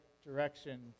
Direction